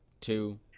two